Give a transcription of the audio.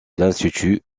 l’institut